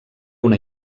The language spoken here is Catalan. una